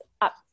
up